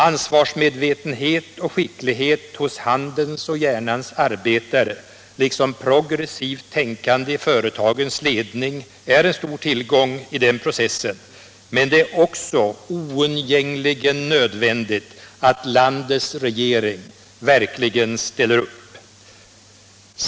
Ansvarsmedvetenhet och skicklighet hos handens och hjärnans arbetare, liksom progressivt tänkande i företagens ledning är en stor tillgång i den processen, men det är också oundgängligen nödvändigt att landets regering verkligen ställer upp.